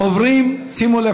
שימו לב,